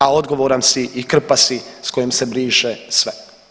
A odgovoran si i krpa si s kojom se briše sve.